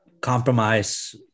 compromise